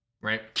right